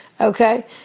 Okay